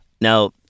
Now